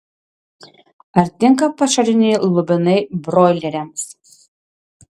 ar tinka pašariniai lubinai broileriams